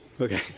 Okay